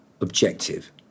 objective